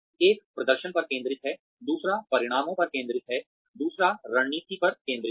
एक प्रदर्शन पर केंद्रित है दूसरा परिणामों पर केंद्रित है दूसरा रणनीति पर केंद्रित है